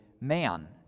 man